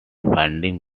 funding